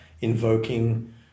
invoking